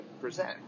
present